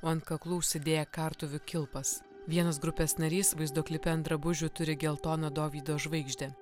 ant kaklų užsidėję kartuvių kilpas vienas grupės narys vaizdo klipe ant drabužių turi geltoną dovydo žvaigždę